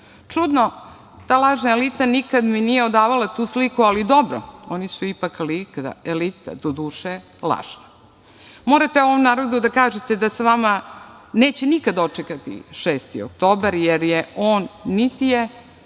Čudno, ta lažna elita nikada mi nije odavala tu sliku, ali dobro oni su ipak elita, doduše, lažna. Morate ovom narodu da kažete da sa vama neće nikada dočekati 6. oktobar, jer on niti će